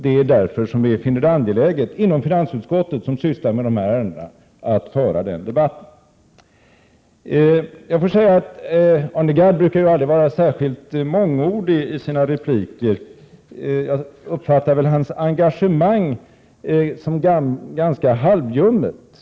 Det är därför som vi finner det angeläget inom finansutskottet, som sysslar med dessa ärenden, att föra den debatten. Arne Gadd brukar aldrig vara särskilt mångordig i sina repliker. Jag uppfattar hans engagemang som ganska halvljumt.